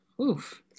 oof